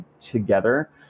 together